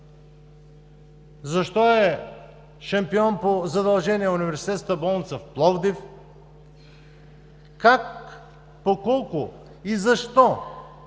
защо е шампион по задължения Университетската болница в Пловдив, как, по колко и защо